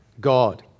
God